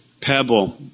Pebble